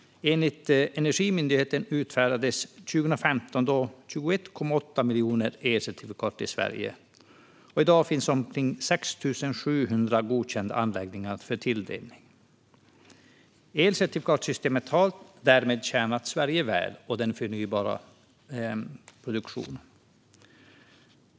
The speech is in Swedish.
Enligt Energimyndigheten utfärdades 21,8 miljoner elcertifikat i Sverige 2015, och i dag finns omkring 6 700 godkända anläggningar för tilldelning. Elcertifikatssystemet har därmed tjänat Sverige väl när det gäller förnybar produktion.